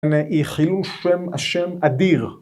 ‫היא חילול שם השם אדיר.